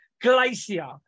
Glacier